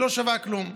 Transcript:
היא לא שווה כלום.